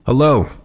Hello